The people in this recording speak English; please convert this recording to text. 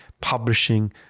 publishing